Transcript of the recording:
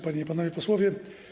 Panie i Panowie Posłowie!